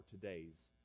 todays